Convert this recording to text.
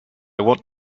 want